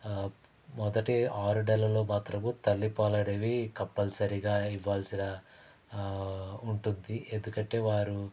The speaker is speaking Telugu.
మొదటి ఆరు నెలల్లో మాత్రము తల్లిపాలనేవి కంపల్సరిగా ఇవ్వాల్సిన ఉంటుంది ఎందుకంటే వారు